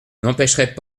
n’empêcherait